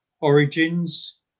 origins